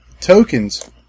tokens